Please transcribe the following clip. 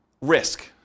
risk